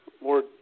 more